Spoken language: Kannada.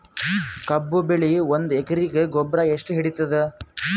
ಕಬ್ಬು ಬೆಳಿ ಒಂದ್ ಎಕರಿಗಿ ಗೊಬ್ಬರ ಎಷ್ಟು ಹಿಡೀತದ?